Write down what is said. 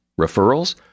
Referrals